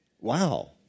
Wow